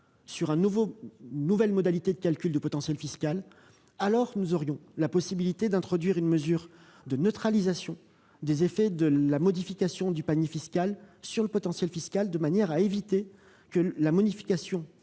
sur une nouvelle modalité de calcul du potentiel fiscal dans les six mois, nous aurions la possibilité d'introduire une mesure de neutralisation des effets de la modification du panier fiscal sur le potentiel fiscal, afin d'éviter que la modification